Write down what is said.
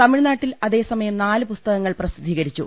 തമിഴ്നാട്ടിൽ അതേസമയം നാലു പുസ്തകങ്ങൾ പ്രസിദ്ധീകരിച്ചു